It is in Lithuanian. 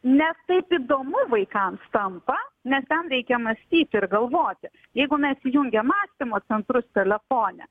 ne taip įdomu vaikams tampa nes ten reikia mąstyti ir galvoti jeigu mes įjungiam mąstymo centrus telefone